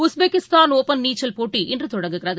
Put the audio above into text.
Uzbekistan open நீச்சல் போட்டி இன்றுதொடங்குகிறது